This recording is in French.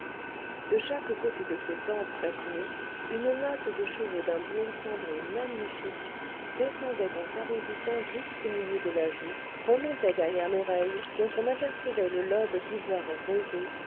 de chaque côté de ses tempes satinées une natte de cheveux d'un blond cendré magnifique descendait en s'arrondissant jusqu'au milieu de la joue remontait derrière l'oreille dont on apercevait le lobe d'ivoire rosé